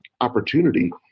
opportunity